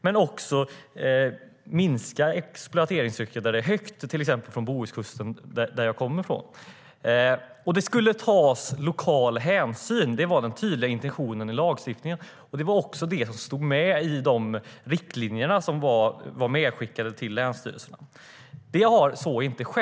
men också att minska exploateringstrycket där det är högt, till exempel på Bohuskusten där jag kommer ifrån. Den tydliga intentionen i lagstiftningen var att det skulle tas lokal hänsyn. Det var också det som fanns med i de riktlinjer som skickades över till länsstyrelserna. Så har inte skett.